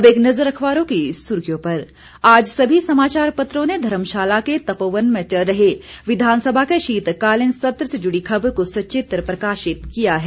अब एक नजर अखबारों की सुर्खियों पर आज सभी समाचारपत्रों ने धर्मशाला के तपोवन में चल रहे विधानसभा के शीतकालीन सत्र से जुड़ी खबर को सचित्र प्रकाशित किया है